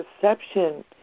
perception